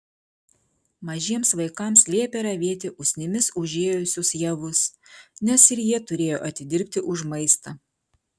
mažiems vaikams liepė ravėti usnimis užėjusius javus nes ir jie turėjo atidirbti už maistą